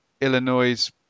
Illinois